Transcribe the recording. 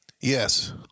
Yes